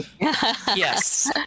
Yes